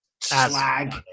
Slag